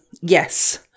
yes